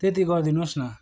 त्यति गरिदिनुहोस् न